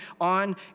on